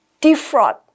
defraud